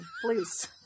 please